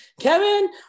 Kevin